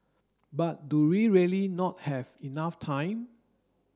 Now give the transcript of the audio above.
but do we really not have enough time